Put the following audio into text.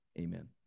amen